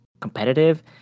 competitive